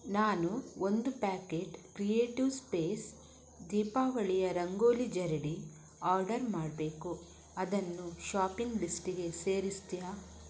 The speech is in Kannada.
ನಾನು ಒಂದು ಪ್ಯಾಕೆಟ್ ಕ್ರಿಯೇಟಿವ್ ಸ್ಪೇಸ್ ದೀಪಾವಳಿಯ ರಂಗೋಲಿ ಜರಡಿ ಆರ್ಡರ್ ಮಾಡಬೇಕು ಅದನ್ನು ಶಾಪಿಂಗ್ ಲಿಸ್ಟಿಗೆ ಸೇರಿಸ್ತೀಯಾ